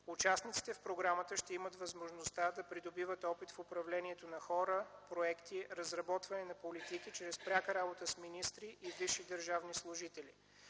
Участниците в програмата ще имат възможността да придобиват опит в управлението на хора, проекти, разработване на политики чрез пряка работа с министри и висши държавни служители.